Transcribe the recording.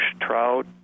trout